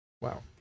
Wow